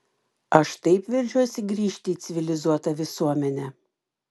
aš taip veržiuosi grįžti į civilizuotą visuomenę